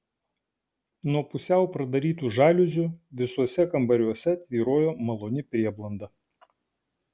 nuo pusiau pradarytų žaliuzių visuose kambariuose tvyrojo maloni prieblanda